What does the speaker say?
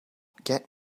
get